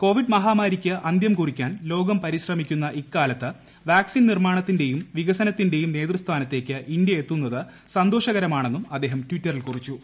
Covid മഹാമാരിക്ക് അന്തൃം കുറിക്കാൻ ലോകം പരിശ്രമിക്കുന്ന ഇക്കാലത്ത് വാക്സിൻ നിർമാണത്തിന്റെയും വികസനത്തിന്റെയും നേതൃസ്ഥാനത്തേക്ക് ഇന്തൃ എത്തുന്നത് സന്തോഷകരമാണെന്നും അദ്ദേഹം ട്വിറ്ററിൽ കുറിച്ചു